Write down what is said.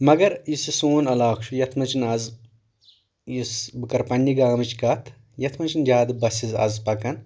مگر یُس یہِ سون علاقہٕ چھُ یتھ منٛز چھِنہٕ آز یُس بہٕ کرٕ پننہِ گامٕچ کتھ یتھ منٛز چھِنہٕ زیادٕ بسِز آز پکان کینٛہہ